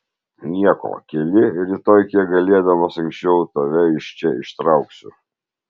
nieko keli rytoj kiek galėdamas anksčiau tave iš čia ištrauksiu